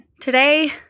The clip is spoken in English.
today